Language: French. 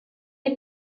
est